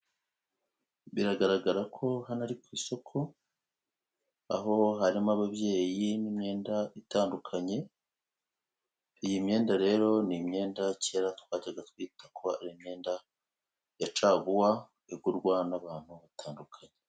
Biragaragara ko hano ari ku isoko aho harimo ababyeyi n'imyenda itandukanye, iyi myenda rero ni imyenda kera twajyaga twita ko ari imyenda ya caguwa igurwa n'abantu batandukanye.